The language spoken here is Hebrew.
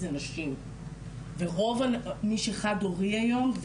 זה הנשים ורוב מי שחד-הורי היום,